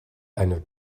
eine